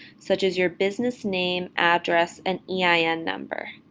such as your business name, address, and yeah ein number.